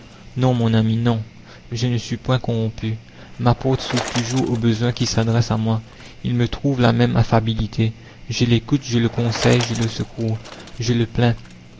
non mon ami non je ne suis point corrompu ma porte s'ouvre toujours au besoin qui s'adresse à moi il me trouve la même affabilité je l'écoute je le conseille je le secours je le plains